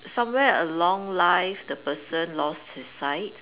somewhere along life the person lost his sight